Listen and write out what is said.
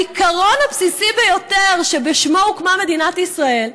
העיקרון הבסיסי ביותר שבשמו הוקמה מדינת ישראל,